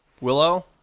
Willow